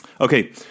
Okay